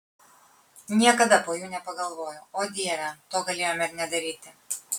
niekada po jų nepagalvoju o dieve to galėjome ir nedaryti